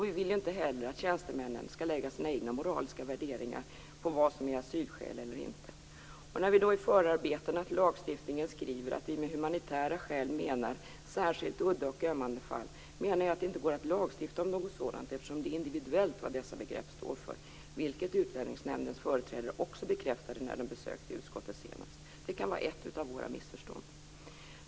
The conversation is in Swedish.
Vi vill inte heller att tjänstemännen skall lägga sina egna moraliska värderingar i vad som är asylskäl eller inte. I förarbetena till lagen skriver vi att med humanitära skäl menar vi särskilt udda och ömmande fall. Jag menar att det inte går att lagstifta om något sådant eftersom det är individuellt vad dessa begrepp står för. Det bekräftade också Utlänningsnämndens företrädare när de besökte utskottet senast. Det kan vara ett av våra missförstånd.